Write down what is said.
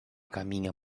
caminha